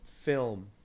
film